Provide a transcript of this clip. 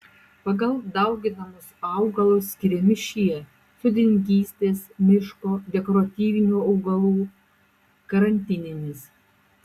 pagal dauginamus augalus skiriami šie sodininkystės miško dekoratyvinių augalų karantininis